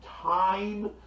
time